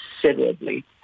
considerably